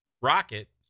Rocket